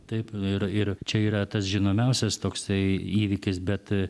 taip ir ir čia yra tas žinomiausias toksai įvykis bet